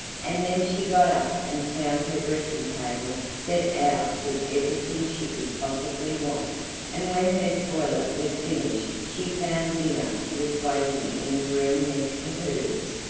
and then she got up and found her dressing-table set out with everything she could possibly want and when her toilet was finished she found dinner was waiting in the room next to hers.